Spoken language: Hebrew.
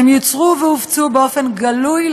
הם יוצרו והופצו באופן גלוי,